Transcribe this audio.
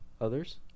others